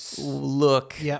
look